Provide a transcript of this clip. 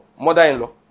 mother-in-law